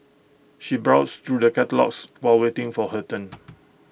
she browsed through the catalogues while waiting for her turn